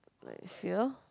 like it's here